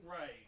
Right